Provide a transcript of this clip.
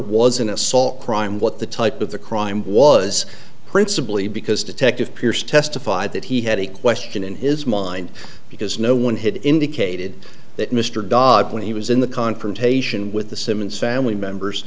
was an assault crime what the type of the crime was principally because detective pierce testified that he had a question in his mind because no one had indicated that mr dodd when he was in the confrontation with the simmons family members